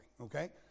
okay